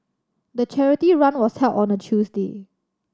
the charity run was held on a Tuesday